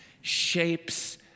shapes